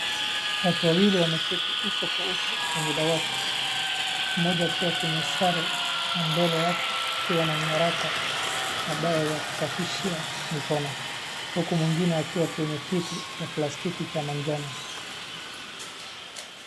Watu waili wameketi uso kwa uso kwenye dawati mmoja akiwa kwenye sare na mbele yake kukiwa na nyaraka na dawa ya kusafishia mikono, huku mwingine akiwa kwenye kiti cha plastiki cha manjano.